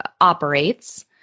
operates